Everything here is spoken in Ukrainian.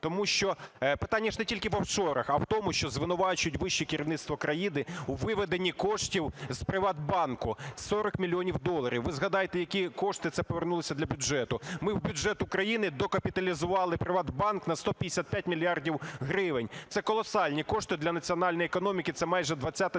Тому що питання ж не тільки в офшорах, а в тому, що звинувачують вище керівництво країни у виведенні коштів з Приватбанку – 40 мільйонів доларів. Ви згадайте, які кошти це повернулися для бюджету. Ми в бюджет України докапіталізували Приватбанк на 155 мільярдів гривень. Це колосальні кошти для національної економіки, це майже